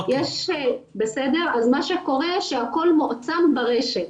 אז מה שקורה שהכול מועצם ברשת.